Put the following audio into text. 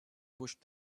pushed